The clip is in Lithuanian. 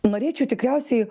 norėčiau tikriausiai